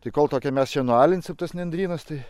tai kol toki mes čia nualinsim tuos nendrynus tai